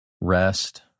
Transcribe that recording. rest